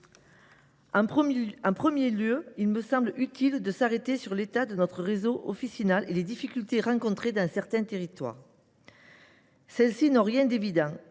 En premier lieu, il me semble utile de nous arrêter sur l’état de notre réseau officinal et sur les difficultés rencontrées dans certains territoires. Celles ci n’ont rien d’évident